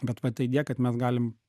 bet pati idėja kad mes galim